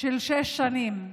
של שש שנים,